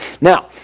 Now